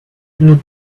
nous